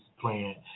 playing